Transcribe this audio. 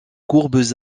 courbes